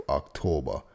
october